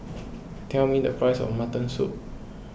tell me the price of Mutton Soup